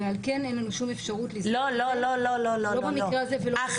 ועל כן אין לנו שום אפשרות לסגור את זה לא במקרה הזה --- לא לא לא לא,